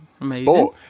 Amazing